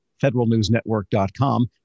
federalnewsnetwork.com